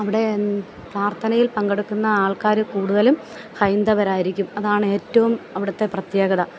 അവിടെ പ്രാർത്ഥനയിൽ പങ്കെടുക്കുന്ന ആൾക്കാർ കൂടുതലും ഹൈന്ദവരായിരിക്കും അതാണ് ഏറ്റവും അവിടത്തെ പ്രത്യേകത